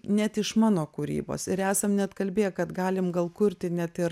net iš mano kūrybos ir esam net kalbėję kad galim gal kurti net ir